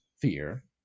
fear